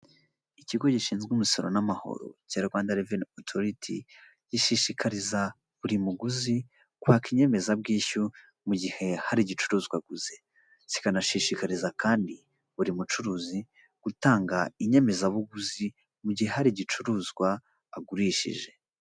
Ikigo gishinzwe umusoro n'amahoro cya Rwanda Revenue Authority gishishikariza buri muguzi kwaka inyemezabwishyu mu gihe hari igicuruzwa aguze, kikanashishikariza kandi buri mucuruzi gutanga inyemezabuguzi mu gihe hari igicuruzwa agurishije.